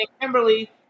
Kimberly